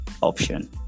option